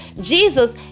Jesus